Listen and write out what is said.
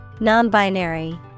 Non-binary